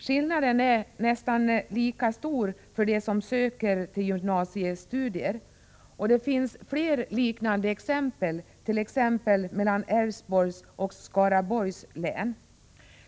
Skillnaden är nästan lika stor för dem som söker till gymnasiestudier. Det finns flera liknande exempel på skillnader, bl.a. mellan Älvsborgs och Skaraborgs län.